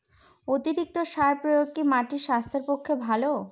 অতিরিক্ত সার প্রয়োগ কি মাটির স্বাস্থ্যের পক্ষে ভালো?